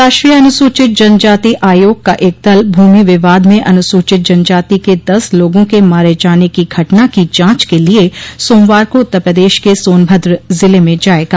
राष्ट्रीय अनुसूचित जनजाति आयोग का एक दल भूमि विवाद में अनुसूचित जनजाति के दस लोगों के मारे जाने की घटना की जांच के लिए सोमवार को उत्तर प्रदेश के सोनभद्र जिले में जाएगा